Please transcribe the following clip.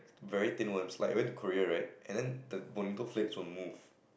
very thin worms like I went to Korea right and then the Bonito flakes will move